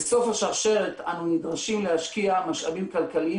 בסוף השרשרת אנו נדרשים להשקיע משאבים כלכליים